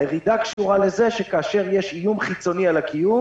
הירידה קשורה לזה שכאשר יש איום חיצוני על הקיום